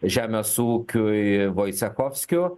žemės ūkiui vaicechovskiu